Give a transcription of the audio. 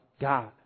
God